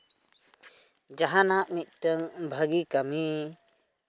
ᱡᱟᱦᱟᱱᱟᱜ ᱢᱤᱫᱴᱟᱹᱝ ᱵᱷᱟᱜᱤ ᱠᱟᱹᱢᱤ